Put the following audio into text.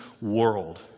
world